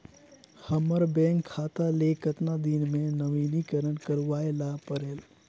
हमर बैंक खाता ले कतना दिन मे नवीनीकरण करवाय ला परेल?